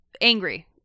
angry